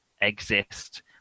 exist